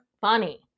funny